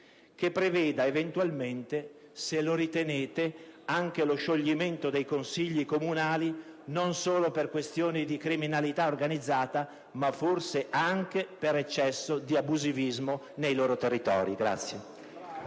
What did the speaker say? che preveda eventualmente, se lo riterrete, anche lo scioglimento dei consigli comunali non solo per ragioni legate alla criminalità organizzata, ma forse anche per eccesso di abusivismo nei territori.